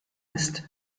ist